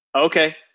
Okay